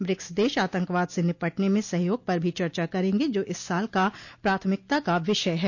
BRICS देश आतंकवाद से निपटने में सहयोग पर भी चर्चा करेंगे जो इस साल का प्राथमिकता का विषय है